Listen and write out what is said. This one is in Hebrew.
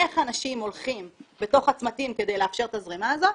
איך אנשים הולכים בתוך הצמתים כדי לאפשר את הזרימה הזאת,